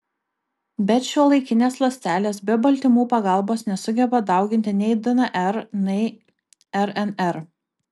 bet šiuolaikinės ląstelės be baltymų pagalbos nesugeba dauginti nei dnr nei rnr